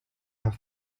have